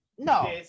no